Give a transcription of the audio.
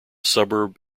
suburb